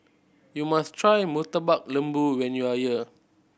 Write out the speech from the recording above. you must try Murtabak Lembu when you are here